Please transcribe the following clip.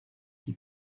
qui